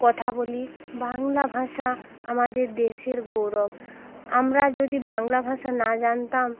কথা বলি বাংলা ভাষা আমাদের দেশের গৌরব আমরা যদি বাংলা ভাষা না জানতাম